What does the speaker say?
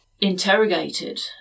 interrogated